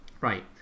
Right